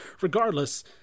regardless